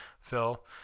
Phil